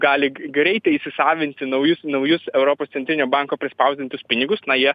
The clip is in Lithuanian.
gali greitai įsisavinti naujus naujus europos centrinio banko prispausdintus pinigus na jie